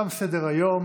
תם סדר-היום.